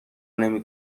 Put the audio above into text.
نمی